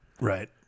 Right